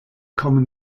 common